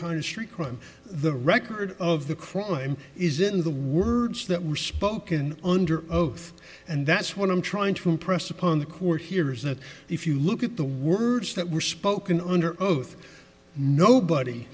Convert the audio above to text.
kind of street crime the record of the crime is in the words that were spoken under oath and that's what i'm trying to impress upon the court here is that if you look at the words that were spoken under oath nobody